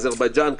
אייזרבג'אן,